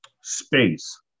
space